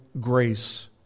grace